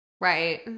Right